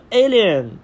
alien